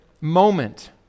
moment